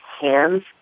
hands